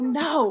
no